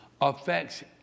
affects